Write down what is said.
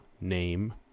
name